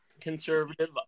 conservative